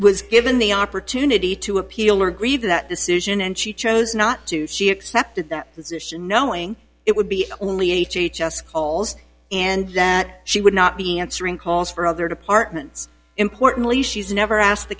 was given the opportunity to appeal or agree that decision and she chose not to she accepted that knowing it would be only h h s calls and that she would not be answering calls for other departments importantly she's never asked the